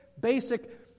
basic